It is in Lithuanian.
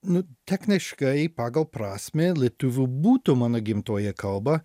nu techniškai pagal prasmę lietuvių būtų mano gimtoji kalba